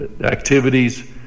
activities